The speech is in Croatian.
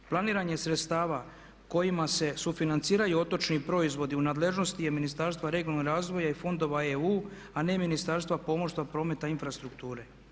Planiranje sredstava kojima se sufinanciraju otočni proizvodi u nadležnosti je Ministarstva regionalnog razvoja i fondova EU a ne Ministarstva pomorstva, prometa i infrastrukture.